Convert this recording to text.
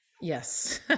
Yes